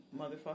motherfucker